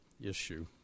issue